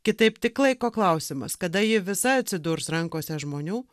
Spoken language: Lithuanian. kitaip tik laiko klausimas kada ji visa atsidurs rankose žmonių